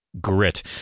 grit